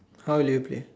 how do you play